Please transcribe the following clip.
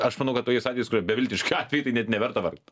aš manau kad tokiais atvejais kurie beviltiški atvejai tai net neverta vargt